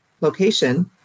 location